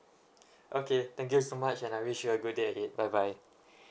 okay thank you so much and I wish you a good day ahead bye bye